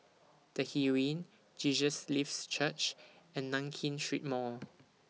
The Heeren Jesus Lives Church and Nankin Street Mall